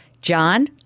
john